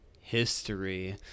history